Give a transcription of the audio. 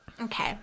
Okay